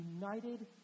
united